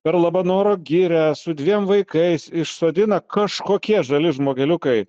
per labanoro girią su dviem vaikais išsodina kažkokie žali žmogeliukai